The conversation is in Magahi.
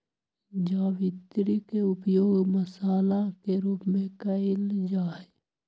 जावित्री के उपयोग मसाला के रूप में कइल जाहई